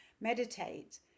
meditate